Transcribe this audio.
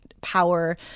power